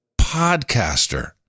podcaster